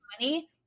money